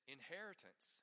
Inheritance